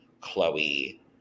Chloe